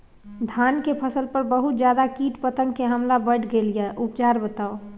धान के फसल पर बहुत ज्यादा कीट पतंग के हमला बईढ़ गेलईय उपचार बताउ?